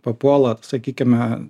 papuola sakykime